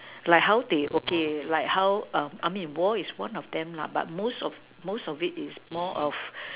like how they okay like how I mean war is one of them but most of most of it is more of